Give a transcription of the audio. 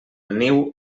niu